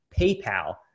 PayPal